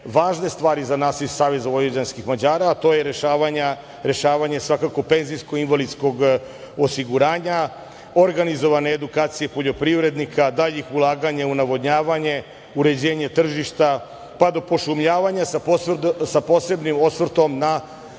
važne stvari za nas iz Saveza vojvođanskih Mađara, a to je rešavanje svakako penzijsko-invalidskog osiguranja, organizovane edukacije poljoprivrednika, daljih ulaganja u navodnjavanje, uređenje tržišta, pa do pošumljavanja, sa posebnim osvrtom na